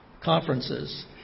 conferences